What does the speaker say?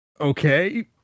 okay